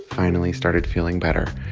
finally started feeling better.